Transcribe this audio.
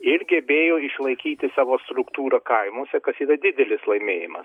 ir gebėjo išlaikyti savo struktūrą kaimuose kas yra didelis laimėjimas